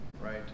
right